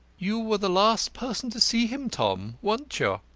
you were the last person to see him, tom, weren't you?